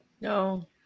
no